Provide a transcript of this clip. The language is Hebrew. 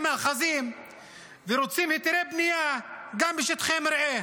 מאחזים ורוצים היתרי בנייה גם בשטחי מרעה,